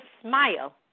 smile